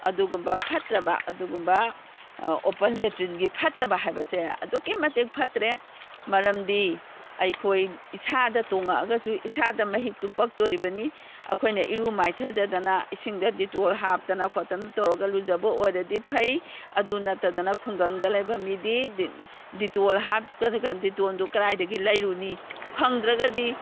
ꯑꯗꯨꯒꯨꯝꯕ ꯐꯠꯇ꯭ꯔꯕ ꯑꯗꯨꯒꯨꯝꯕ ꯑꯣꯄꯟ ꯂꯦꯇ꯭ꯔꯤꯟꯒꯤ ꯐꯠꯇꯕ ꯍꯥꯏꯕꯁꯦ ꯑꯗꯨꯛꯀꯤ ꯃꯇꯤꯛ ꯐꯠꯇ꯭ꯔꯦ ꯃꯔꯝꯗꯤ ꯑꯩꯈꯣꯏ ꯏꯁꯥꯗ ꯇꯣꯡꯉꯛꯑꯒꯁꯨ ꯏꯁꯥꯗ ꯃꯍꯤꯛꯇꯨ ꯄꯛꯇꯣꯔꯤꯕꯅꯤ ꯑꯩꯈꯣꯏꯅ ꯏꯔꯨ ꯃꯥꯏꯊꯖꯗꯅ ꯏꯁꯤꯡꯗ ꯗꯤꯇꯣꯜ ꯍꯥꯞꯇꯅ ꯈꯣꯠꯇꯅ ꯇꯧꯔꯒ ꯂꯨꯖꯕ ꯑꯣꯏꯔꯗꯤ ꯐꯩ ꯑꯗꯨ ꯅꯠꯇꯗꯅ ꯈꯨꯡꯒꯪꯗ ꯂꯩꯕ ꯃꯤꯗꯤ ꯗꯤꯇꯣꯜ ꯍꯥꯞꯄꯒ ꯗꯤꯇꯣꯜꯗꯨ ꯀꯗꯥꯏꯗꯒꯤ ꯂꯩꯔꯨꯅꯤ ꯐꯪꯗ꯭ꯔꯒꯗꯤ